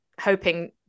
hoping